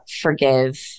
forgive